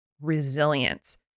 resilience